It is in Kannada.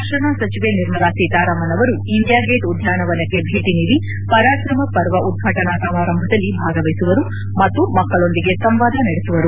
ರಕ್ಷಣಾ ಸಚಿವೆ ನಿರ್ಮಲಾ ಸೀತಾರಾಮನ್ ಅವರು ಇಂಡಿಯಾಗೇಟ್ ಉದ್ಯಾನವನಕ್ಕೆ ಭೇಟಿ ನೀಡಿ ಪರಾಕ್ರಮ ಪರ್ವ ಉದ್ಘಾಟನಾ ಸಮಾರಂಭದಲ್ಲಿ ಭಾಗವಹಿಸುವರು ಮತ್ತು ಮಕ್ಕಳೊಂದಿಗೆ ಸಂವಾದ ನಡೆಸುವರು